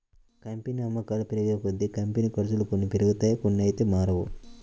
company అమ్మకాలు పెరిగేకొద్దీ, company ఖర్చులు కొన్ని పెరుగుతాయి కొన్నైతే మారవు